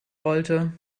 rollte